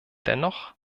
dennoch